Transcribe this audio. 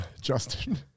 Justin